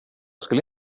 skulle